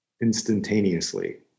instantaneously